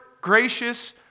gracious